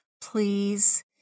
please